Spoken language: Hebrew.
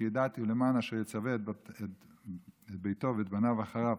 "כי ידעתיו למען אשר יצוה את בניו ואת ביתו אחריו"